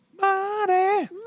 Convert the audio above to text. money